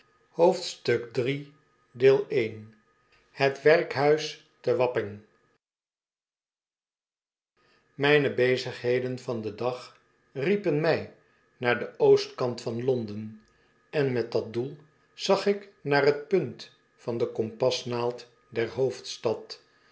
vinden iii ii kt werkhuis te wapping mijne bezigheden van den dag riepen mij naar den oostkant van londen en met dat doel zag ik naar t punt van de kompasnaald der hoofdstad